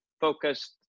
focused